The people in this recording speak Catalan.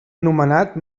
nomenat